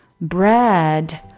bread